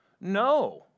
No